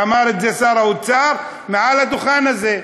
ואמר את זה שר האוצר מעל הדוכן הזה.